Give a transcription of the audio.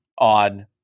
on